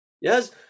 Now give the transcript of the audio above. Yes